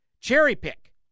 cherry-pick